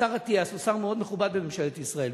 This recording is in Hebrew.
השר אטיאס הוא שר מאוד מכובד בממשלת ישראל.